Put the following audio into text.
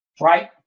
Right